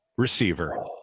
receiver